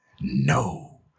No